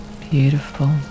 Beautiful